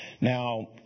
Now